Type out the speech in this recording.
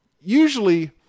usually